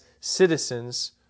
citizens